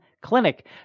Clinic